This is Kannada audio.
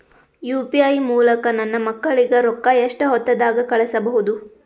ಯು.ಪಿ.ಐ ಮೂಲಕ ನನ್ನ ಮಕ್ಕಳಿಗ ರೊಕ್ಕ ಎಷ್ಟ ಹೊತ್ತದಾಗ ಕಳಸಬಹುದು?